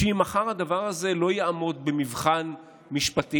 שאם מחר הדבר הזה לא יעמוד במבחן משפטי,